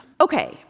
Okay